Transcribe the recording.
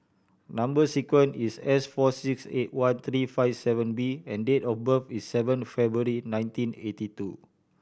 number sequence is S four six eight one three five seven B and date of birth is seven February nineteen eighty two